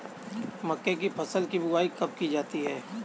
मक्के की फसल की बुआई कब की जाती है?